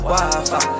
Wi-Fi